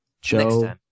Joe